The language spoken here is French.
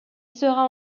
sera